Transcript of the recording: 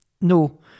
no